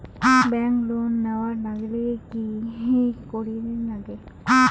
Bank loan নেওয়ার গেইলে কি করীর নাগে?